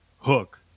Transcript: hook